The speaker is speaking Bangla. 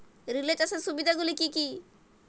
রিলে চাষের সুবিধা গুলি কি কি?